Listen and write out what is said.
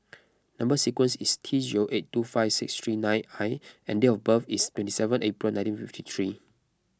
Number Sequence is T zero eight two five six three nine I and date of birth is twenty seven April nineteen fifty three